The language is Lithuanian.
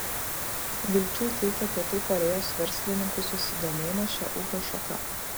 vilčių teikia pietų korėjos verslininkų susidomėjimas šia ūkio šaka